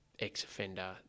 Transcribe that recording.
ex-offender